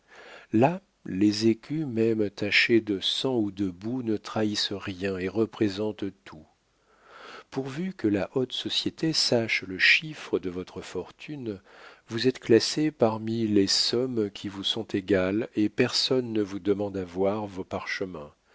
là les écus même tachés de sang ou de boue ne trahissent rien et représentent tout pourvu que la haute société sache le chiffre de votre fortune vous êtes classé parmi les sommes qui vous sont égales et personne ne vous demande à voir vos parchemins